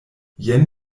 jen